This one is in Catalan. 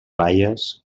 baies